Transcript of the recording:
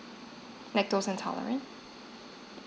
lactose intolerant